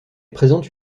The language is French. présente